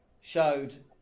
showed